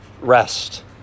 rest